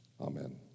amen